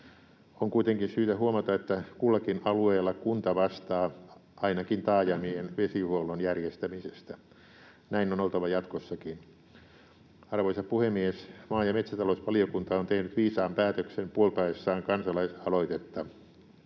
On kuitenkin syytä huomata, että kullakin alueella kunta vastaa ainakin taajamien vesihuollon järjestämisestä. Näin on oltava jatkossakin. Arvoisa puhemies! Maa- ja metsätalousvaliokunta on tehnyt viisaan päätöksen puoltaessaan kansalaisaloitetta.